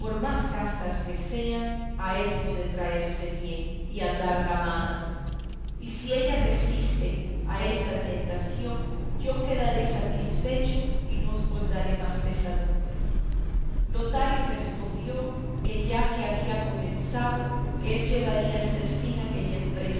más castas que sean a esto de traerse bien y andar galanas y si ella resiste a esta tentación yo quedaré satisfecho y no os daré más pesadumbre lotario respondió que ya que había comenzado que él llevaría hasta el fin aquella empresa